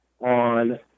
on